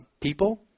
people